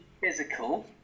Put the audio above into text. physical